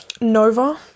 Nova